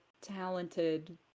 talented